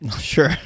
Sure